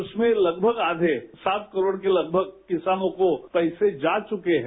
उसमें लगभग आधे सात करोड़ के लगभग किसानों को पैसे जा चुके हैं